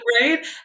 right